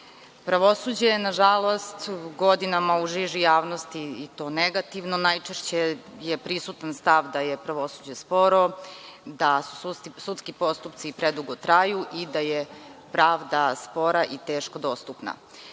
Srbije. Pravosuđe je nažalost godinama u žiži javnosti i to negativnom. Najčešće je prisutan stav da je pravosuđe sporo, da sudski postupci predugo traju i da je pravda spora i teško dostupna.